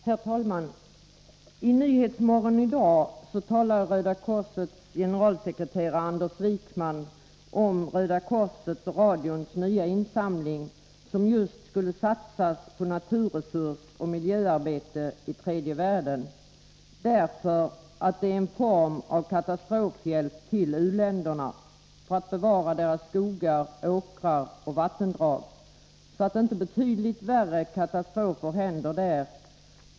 Herr talman! I radions Nyhetsmorgon i dag talade Röda korsets generalsekreterare Anders Wijkman om Röda korsets nya insamling, som just skulle gå till naturresursoch miljöarbete i tredje världen. Det är en form av katastrofhjälp till u-länderna för att bevara skogar, åkrar och vattendrag, så att inte värre katastrofer händer.